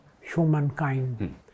humankind